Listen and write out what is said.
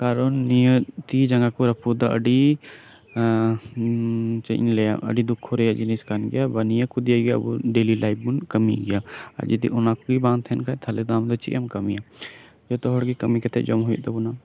ᱠᱟᱨᱚᱱ ᱱᱤᱭᱟᱹ ᱛᱤ ᱡᱟᱸᱜᱟ ᱠᱚ ᱨᱟᱹᱯᱩᱫ ᱫᱚ ᱟᱹᱰᱤ ᱪᱮᱫ ᱤᱧ ᱞᱟᱹᱭᱟ ᱟᱹᱰᱤ ᱫᱩᱠᱷᱚ ᱨᱮᱭᱟᱜ ᱡᱤᱱᱤᱥ ᱠᱟᱱ ᱜᱮᱭᱟ ᱵᱟ ᱱᱤᱭᱟᱹ ᱠᱚ ᱱᱤᱭᱮ ᱜᱮ ᱟᱵᱚ ᱰᱮᱞᱤ ᱞᱟᱭᱤᱯᱷ ᱵᱚᱱ ᱠᱟᱹᱢᱤᱭ ᱜᱮᱭᱟ ᱡᱩᱫᱤ ᱚᱱᱟ ᱠᱚᱜᱮ ᱵᱟᱝ ᱛᱟᱦᱮᱸᱱ ᱠᱷᱟᱡ ᱛᱟᱞᱦᱮ ᱠᱷᱟᱱ ᱫᱚ ᱟᱢᱫᱚ ᱪᱮᱫ ᱮᱢ ᱠᱟᱹᱢᱤᱭᱟ ᱡᱚᱛᱚ ᱦᱚᱲ ᱜᱮ ᱠᱟᱹᱢᱤ ᱠᱟᱛᱮ ᱡᱚᱢ ᱦᱩᱭᱩᱜ ᱛᱟᱵᱚᱱᱟ